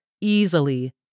easily